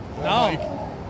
No